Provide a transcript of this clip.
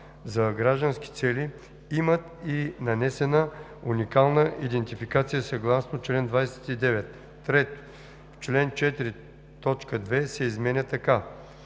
за граждански цели имат и нанесена уникална идентификация съгласно чл. 29;“. 3. В ал. 4 т. 2 се изменя така: